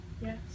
Yes